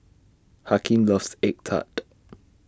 Hakim loves Egg Tart